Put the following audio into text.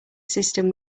system